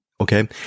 Okay